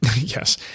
Yes